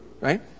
right